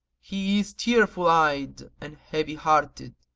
he is tearful-eyed and heavy hearted,